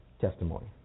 testimony